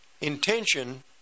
intention